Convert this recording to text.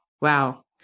Wow